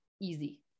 Easy